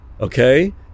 okay